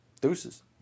Deuces